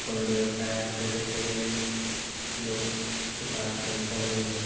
अपन व्यवसाय खोलैके लेल लोकके पास पैसा नहि है